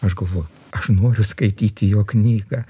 aš galvoju aš noriu skaityti jo knygą